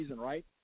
right